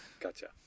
Gotcha